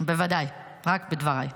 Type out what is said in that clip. סליחה --- בוודאי, רק בדבריי.